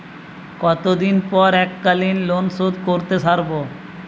কতদিন পর এককালিন লোনশোধ করতে সারব?